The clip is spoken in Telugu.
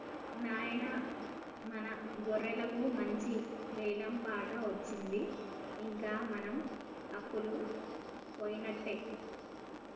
నాయిన మన గొర్రెలకు మంచి వెలం పాట అచ్చింది ఇంక మన అప్పలు పోయినట్టే